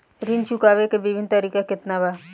ऋण चुकावे के विभिन्न तरीका केतना बा?